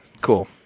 Cool